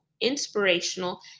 inspirational